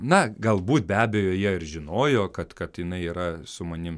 na galbūt be abejo jie ir žinojo kad kad inai yra su manim